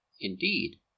Indeed